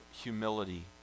humility